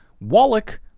Wallach